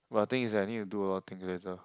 but the thing is that I need to do a lot of thing later